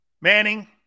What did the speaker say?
Manning